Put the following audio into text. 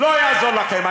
לא יעזור לכם.